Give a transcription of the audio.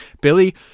Billy